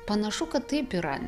panašu kad taip yra